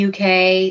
UK